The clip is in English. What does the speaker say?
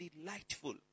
delightful